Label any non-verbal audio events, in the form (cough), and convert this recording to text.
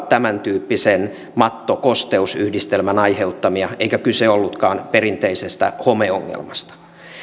(unintelligible) tämän tyyppisen matto kosteus yhdistelmän aiheuttamia eikä kyse ollutkaan perinteisestä homeongelmasta